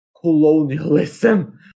colonialism